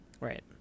Right